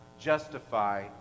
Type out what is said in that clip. justify